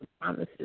promises